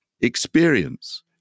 Experience